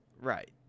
Right